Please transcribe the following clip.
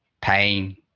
pain